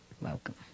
Welcome